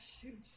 Shoot